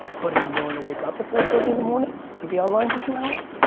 but are you willing to wake up at four thirty in the morning and be online for two hours?